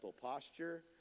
posture